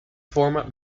format